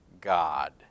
God